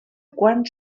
quan